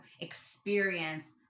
experience